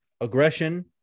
aggression